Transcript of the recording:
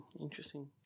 Interesting